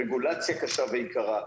רגולציה קשה ויקרה,